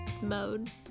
mode